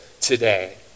today